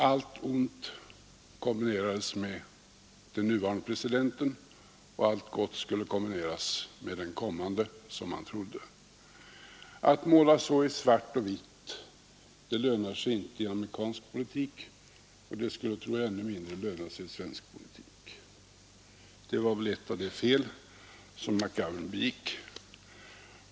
Allt ont kombinerades med den nuvarande presidenten, och allt gott skulle kombineras med den kommande, som han trodde. Att måla så i svart och vitt lönar sig inte i amerikansk politik och det skulle, tror jag, ännu mindre löna sig i svensk politik. Detta var väl ett av de fel som McGovern begick.